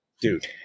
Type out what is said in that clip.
Dude